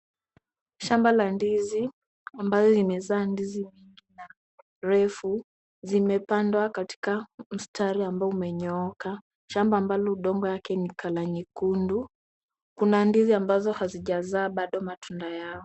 Shamba la ndizi ambalo limezaa ndizi mrefu ,zimepandwa katika mstari ambao umenyooka ,shamba ambalo udongo wake ni colour nyekundu kuna ndizi ambazo bado hazijazaa matunda yao .